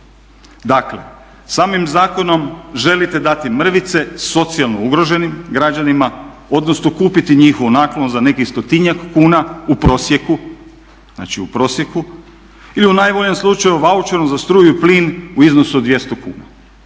Dakle, samim zakonom želite dati mrvice socijalno ugroženim građanima, odnosno kupiti njihovu naknadu za nekih stotinjak kuna u prosjeku, znači u prosjeku ili u najboljem slučaju vaučerom za struju i plin u iznosu od 200 kn.